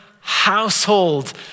household